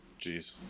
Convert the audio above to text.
Jeez